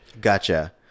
Gotcha